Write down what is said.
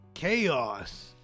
Chaos